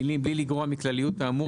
המילים "בלי לגרוע מכלליות האמור,